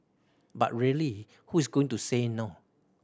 but really who is going to say no